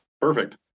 Perfect